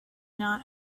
not